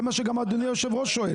זה גם מה שאדוני יושב הראש שואל?